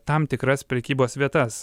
tam tikras prekybos vietas